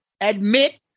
admit